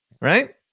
Right